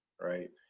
right